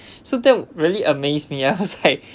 so that would really amazed me ah I was like